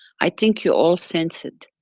i think you all sense it.